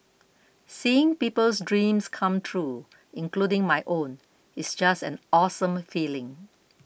seeing people's dreams come true including my own it's just an awesome feeling